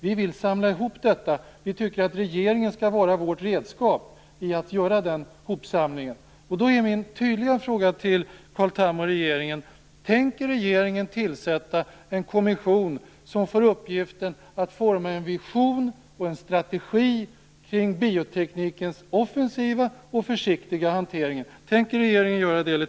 Vi vill samla ihop detta, och vi tycker att regeringen skall vara vårt redskap i denna hopsamling. Då är min tydliga fråga till Carl Tham och regeringen: Tänker regeringen tillsätta en kommission som får uppgiften att forma en vision och en strategi kring bioteknikens offensiva och försiktiga hantering?